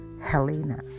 Helena